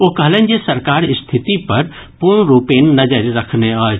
ओ कहलनि जे सरकार स्थिति पर पूर्ण रूपेण नजरि रखने अछि